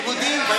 לימודים.